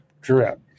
drip